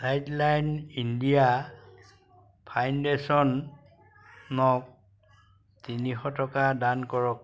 Childline India ফাউণ্ডেশ্যনক তিনিশ টকা দান কৰক